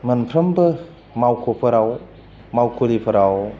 मोनफ्रोमबो मावख'फोराव मावखुलिफोराव